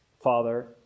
Father